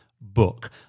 book